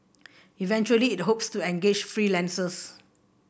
eventually it hopes to engage freelancers